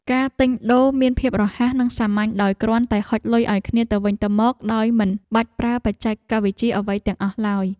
ការទិញដូរមានភាពរហ័សនិងសាមញ្ញដោយគ្រាន់តែហុចលុយឱ្យគ្នាទៅវិញទៅមកដោយមិនបាច់ប្រើបច្ចេកវិទ្យាអ្វីទាំងអស់ឡើយ។